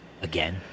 Again